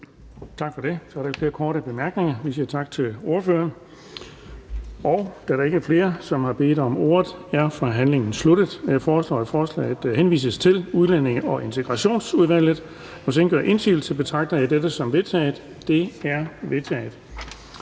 Tak for det. Der er ikke flere korte bemærkninger, så vi siger tak til ordføreren. Da der ikke er flere, som har bedt om ordet, er forhandlingen sluttet. Jeg foreslår, at forslaget til folketingsbeslutning henvises til Udlændinge- og Integrationsudvalget. Hvis ingen gør indsigelse, betragter jeg dette som vedtaget. Det er vedtaget.